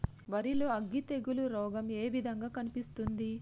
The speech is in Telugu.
వరి లో అగ్గి తెగులు రోగం ఏ విధంగా కనిపిస్తుంది?